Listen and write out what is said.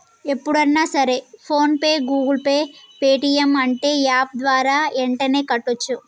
ఎప్పుడన్నా సరే PhonePe Google Pay Paytm అంటే యాప్ ద్వారా యెంటనే కట్టోచ్చు